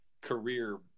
career